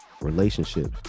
relationships